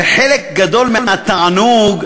הרי חלק גדול מהתענוג,